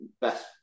best